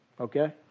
Okay